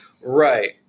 Right